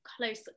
close